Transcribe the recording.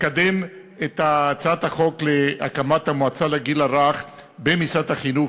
לקדם את הצעת החוק להקמת המועצה לגיל הרך במשרד החינוך,